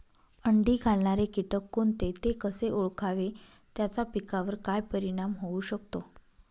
अंडी घालणारे किटक कोणते, ते कसे ओळखावे त्याचा पिकावर काय परिणाम होऊ शकतो?